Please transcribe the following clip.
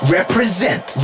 Represent